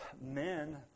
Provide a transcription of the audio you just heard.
men